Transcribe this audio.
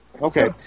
Okay